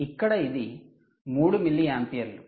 ఇక్కడ ఇది 3 మిల్లియాంపియర్లు